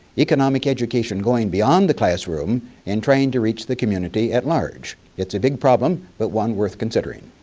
economic education going beyond the classroom and trying to reach the community at large. it's a big problem, but one worth considering.